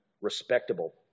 respectable